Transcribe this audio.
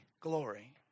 glory